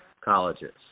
colleges